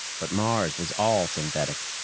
but mars was all synthetic.